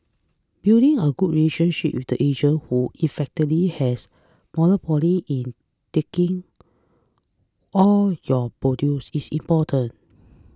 building a good relationship with the agent who effectively has monopoly in taking all your produce is important